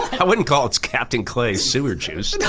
i wouldn't call it captain clay's sewer juice, and